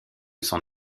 son